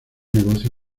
negocio